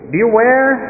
Beware